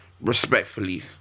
Respectfully